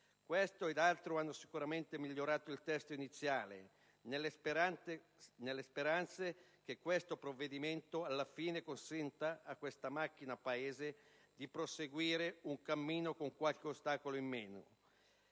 Questo ed altro hanno sicuramente migliorato il testo iniziale, nella speranza che questo provvedimento, alla fine, consenta a questa macchina Paese di proseguire un cammino con qualche ostacolo in meno.